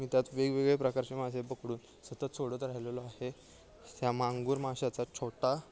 मी त्यात वेगवेगळ्या प्रकारचे मासे पकडून सतत सोडत राहिलेलो आहे त्या मांगुर माशाचा छोटा